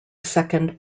second